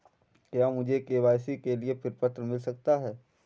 क्या मुझे के.वाई.सी के लिए प्रपत्र मिल सकता है?